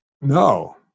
No